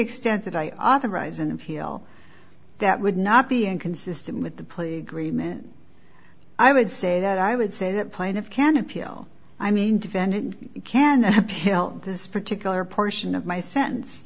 extent that i authorize an appeal that would not be inconsistent with the police agreement i would say that i would say that point of can appeal i mean defendant can compel this particular portion of my sentence